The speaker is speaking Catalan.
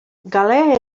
galè